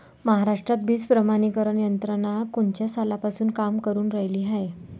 महाराष्ट्रात बीज प्रमानीकरण यंत्रना कोनच्या सालापासून काम करुन रायली हाये?